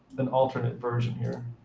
an alternate version here.